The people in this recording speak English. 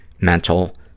mental